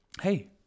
Hey